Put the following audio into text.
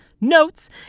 notes